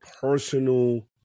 personal